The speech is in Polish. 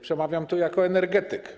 Przemawiam tu jako energetyk.